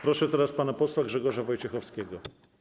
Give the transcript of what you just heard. Proszę pana posła Grzegorza Wojciechowskiego.